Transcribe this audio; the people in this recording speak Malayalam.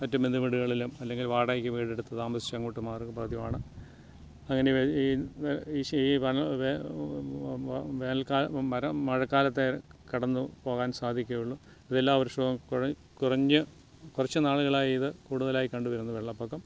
മറ്റു ബന്ധുവീടുകളിലും അല്ലെങ്കിൽ വാടകയ്ക് വീടെടുത്ത് താമസിച്ചും അങ്ങോട്ട് മാറുക പതിവാണ് അങ്ങനെ ഈ വേനൽകാലം മര മഴക്കാലത്തെ കടന്നു പോകാൻ സാധിക്കുകയുള്ളൂ ഇത് എല്ലാവർഷവും കഴിഞ്ഞ കുറച്ച് കുറച്ച് നാളുകളായി ഇത് കൂടുതലായി കണ്ടുവരുന്നു വെള്ളപ്പൊക്കം